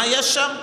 מה יש שם?